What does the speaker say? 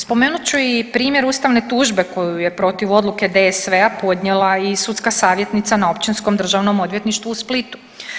Spomenut ću i primjer ustavne tužbe koju je protiv odluke DSV-a podnijela i sudska savjetnica na Općinskom državnom odvjetništvu u Splitu.